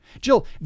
Jill